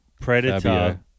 Predator